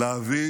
להביא